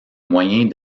moyens